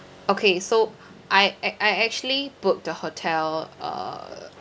okay so I act~ I actually booked the hotel uh